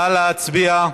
נא להצביע.